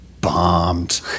bombed